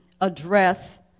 address